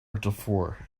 dufour